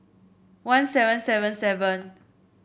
one seven seven seven